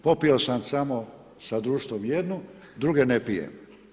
Popio sam samo sa društvom jednu , druge ne pijem.